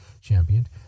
championed